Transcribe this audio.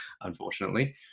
unfortunately